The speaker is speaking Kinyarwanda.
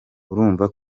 urumva